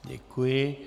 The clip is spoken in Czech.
Děkuji.